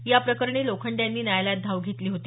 याप्रकरणी लोखंडे यांनी न्यायालयात धाव घेतली होती